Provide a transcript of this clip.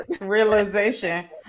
realization